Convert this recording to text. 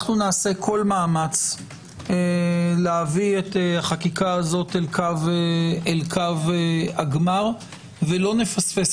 נעשה כל מאמץ להביא את החקיקה הזו לקו הגמר ולא נפספס